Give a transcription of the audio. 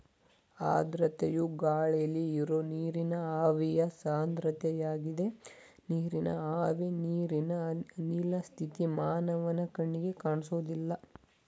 ಆರ್ದ್ರತೆಯು ಗಾಳಿಲಿ ಇರೋ ನೀರಿನ ಆವಿಯ ಸಾಂದ್ರತೆಯಾಗಿದೆ ನೀರಿನ ಆವಿ ನೀರಿನ ಅನಿಲ ಸ್ಥಿತಿ ಮಾನವನ ಕಣ್ಣಿಗೆ ಕಾಣ್ಸೋದಿಲ್ಲ